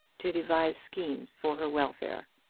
to devise schemes for her welfare.